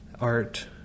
art